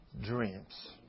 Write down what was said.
dreams